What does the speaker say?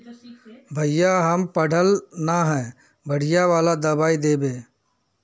भैया हम पढ़ल न है बढ़िया वाला दबाइ देबे?